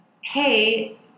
Hey